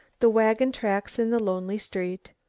the wagon tracks in the lonely street,